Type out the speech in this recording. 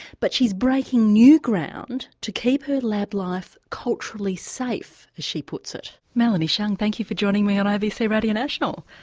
but she's breaking new ground to keep her lab life culturally safe, as she puts it. melanie cheung thank you for joining me on abc radio national.